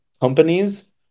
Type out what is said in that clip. Companies